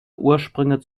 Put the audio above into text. ursprünge